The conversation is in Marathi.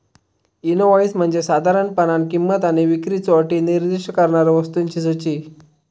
इनव्हॉइस म्हणजे साधारणपणान किंमत आणि विक्रीच्यो अटी निर्दिष्ट करणारा वस्तूंची सूची